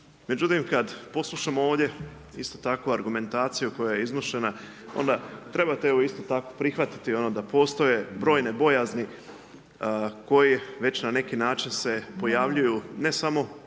Međutim, kada poslušamo ovdje isto tako argumentaciju koja je iznošena onda trebate evo isto tako prihvatiti ono da postoje brojne bojazni koji već na neki način se pojavljuju, ne samo kod